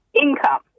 income